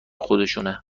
خودشونه